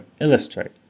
illustrate